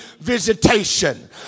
visitation